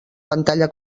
pantalla